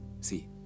See